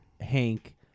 Hank